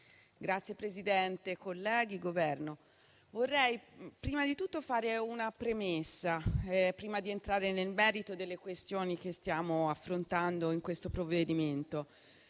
Signor Presidente, colleghi, Governo, vorrei prima di tutto fare una premessa, prima di entrare nel merito delle questioni che stiamo affrontando in questo provvedimento,